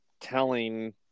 telling